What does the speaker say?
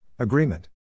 Agreement